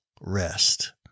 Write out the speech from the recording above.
rest